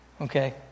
Okay